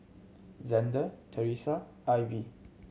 Xander Theresia Ivy